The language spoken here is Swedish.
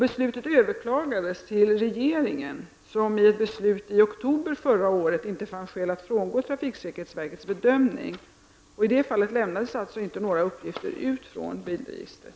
Beslutet överklagades till regeringen, som i ett beslut i oktober förra året inte fann skäl att frångå trafiksäkerhetsverkets bedömning. I det fallet lämnades således inga uppgifter ut från bilregistret.